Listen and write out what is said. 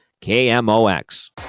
KMOX